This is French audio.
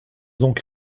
donc